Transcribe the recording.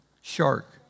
Shark